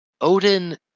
Odin